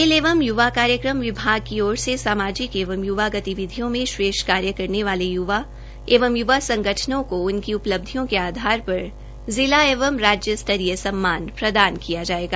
खेल एवं युवा कार्यक्रम विभाग की ओर से सामाजिक एवं युवा गतिविधियों में श्रेष्ठ कार्य करने वाले युवा एवं युवा संगठनों को उनकी उपलब्धियों के आधार पर जिला एवं राज्य स्तरीय सम्मान प्रदान किया जायेगा